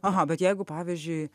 aha bet jeigu pavyzdžiui